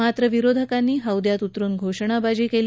मात्र विरोधकांनी हौद्यात उतरुन घोषणाबाजी केली